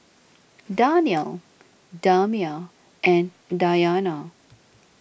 Danial Damia and Dayana